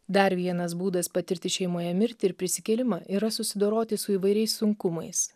dar vienas būdas patirti šeimoje mirtį ir prisikėlimą yra susidoroti su įvairiais sunkumais